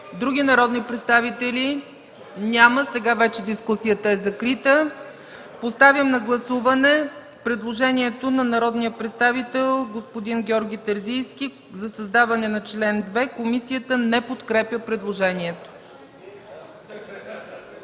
Други народни представители желаят ли да се изкажат? Няма. Дискусията е закрита. Поставям на гласуване предложението на народния представител Георги Терзийски за създаване на чл. 2. Комисията не подкрепя предложението.